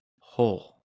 whole